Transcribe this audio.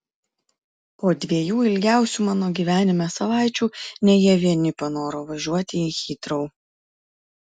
po dviejų ilgiausių mano gyvenime savaičių ne jie vieni panoro važiuoti į hitrou